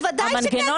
בוודאי שכן,